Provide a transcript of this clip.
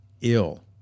ill